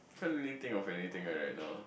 can't really think of anythings lah you know